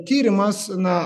tyrimas na